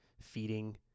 feeding